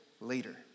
later